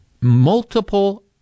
multiple